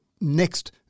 next